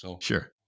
Sure